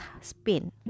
spin